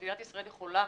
מדינת ישראל יכולה,